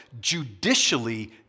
judicially